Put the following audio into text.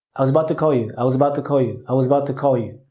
i was about to call you. i was about to call you. i was about to call you.